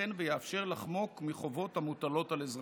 שייתכן שיאפשר לחמוק מחובות המוטלות על אזרחים.